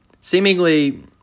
seemingly